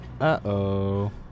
Uh-oh